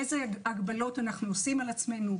איזה הגבלות אנחנו עושים על עצמנו,